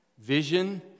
Vision